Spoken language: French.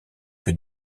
que